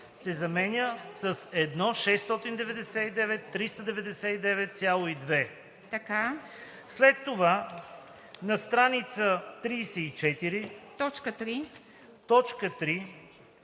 се заменя с 1 699 399,2. След това на страница 34,